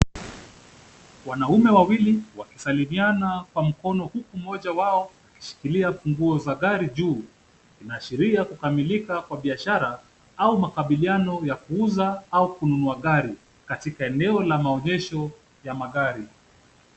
Wanaume wawili wakisalimiana kwa mkono huku mmoja wao akishikilia funguo za gari juu, inaashiria kukamilika kwa biashara au makabiliano ya kuuza au kununua gari katika eneo la maonyesho ya magari.